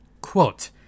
Quote